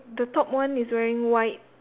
the top one is wearing white